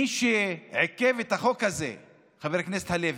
מי שעיכב את החוק הזה, חבר הכנסת הלוי,